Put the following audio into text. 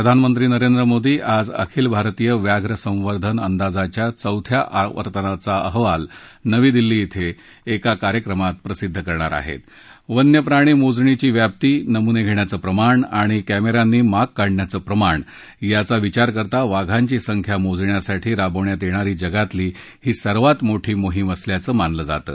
प्रधानमंत्री नरेंद्र मोदी आज अखिल भारतीय व्याघ्र संवर्धन अंदाजाच्या चौथ्या आवर्तनाचा अहवाल नवी दिल्ली इथं एका कार्यक्रमात प्रसिद्ध करणार आहत वन्य प्राणी मोजणीची व्याती नमुनछिख्याचं प्रमाण आणि कॅमछांनी माग काढण्याचं प्रमाण यांचा विचार करता वाघांची संख्या मोजण्यासाठी राबवण्यात याप्तरी जगातली ही सर्वात मोठी मोहीम असल्याचं मानलं जातं